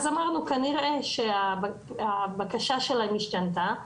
אז חשבנו שכנראה הבקשה שלהם השתנתה.